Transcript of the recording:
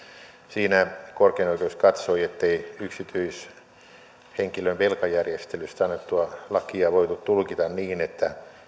siinä korkein oikeus katsoi ettei yksityishenkilön velkajärjestelystä annettua lakia voitu tulkita niin että